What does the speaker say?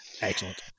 excellent